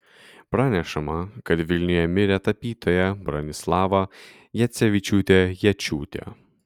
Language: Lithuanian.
pranešama kad vilniuje mirė tapytoja bronislava jacevičiūtė jėčiūtė